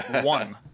one